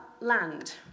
land